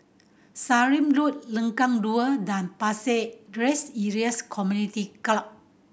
Sallim Road Lengkong Dua and Pasir Ris Elias Community Club